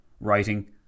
writing